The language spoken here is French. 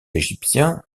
égyptiens